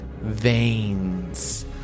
veins